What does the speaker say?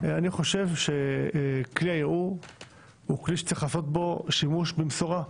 אני חושב שכלי הערעור הוא כלי שצריך לעשות בו שימוש במשורה,